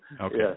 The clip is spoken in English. Okay